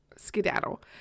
skedaddle